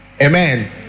Amen